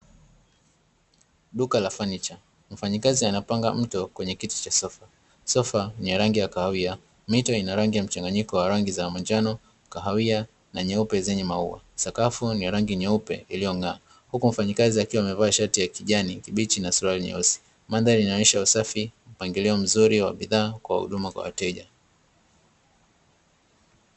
Duka la fanicha. Mfanyakazi anapanga mto kwenye kiti cha sofa. Sofa ni ya rangi ya kahawia, mito ina rangi ya mchanganyiko wa rangi za: manjano, kahawia na nyeupe zenye maua. Sakafu ni ya rangi nyeupe iliyong'aa; huku mfanyakazi akiwa amevaa shati ya kijani kibichi, na suruali nyeusi. Mandhari inaonyesha usafi, mpangilio mzuri wa bidhaa kwa huduma kwa wateja.